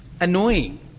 annoying